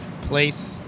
place